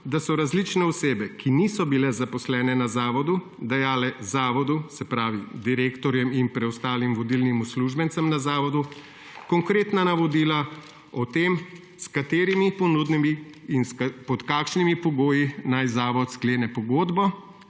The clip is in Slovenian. da so različne osebe, ki niso bile zaposlene na Zavodu, dajale Zavodu, direktorjem in preostalim vodilnim uslužbencem na Zavodu, konkretna navodila o tem, s katerimi ponudniki in pod kakšnimi pogoji naj Zavod sklene pogodbo,